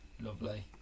Lovely